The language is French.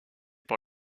par